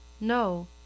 No